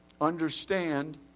understand